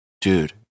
Dude